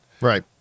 Right